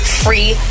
free